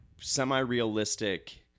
semi-realistic